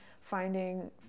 finding